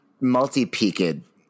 multi-peaked